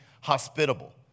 hospitable